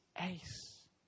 ace